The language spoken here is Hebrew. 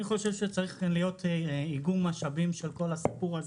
אני חושב שצריך להיות איגום משאבים של כל הסיפור הזה,